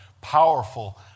powerful